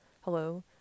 Hello